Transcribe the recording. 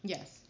Yes